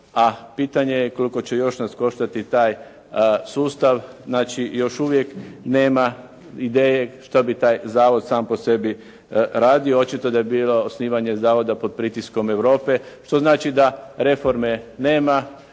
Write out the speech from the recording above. a pitanje je koliko će nas još koštati taj sustav. Znači još uvijek nema ideje što bi taj zavod sam po sebi radio, očito da je bilo osnivanje zavoda pod pritiskom Europe, što znači da reforme nema,